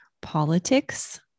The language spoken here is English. politics